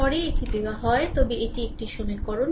পরে এটি দেওয়া হয় তবে এটি একটি সমীকরণ